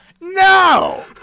No